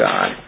God